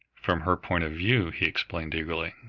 from her point of view, he explained eagerly.